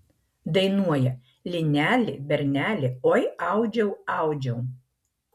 dainuoja lineli berneli oi audžiau audžiau